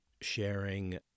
sharing